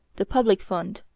the public fund,